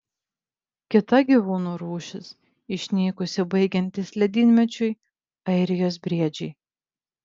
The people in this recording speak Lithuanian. kita gyvūnų rūšis išnykusi baigiantis ledynmečiui airijos briedžiai